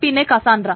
പിന്നെ കസാൻട്ര